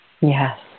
Yes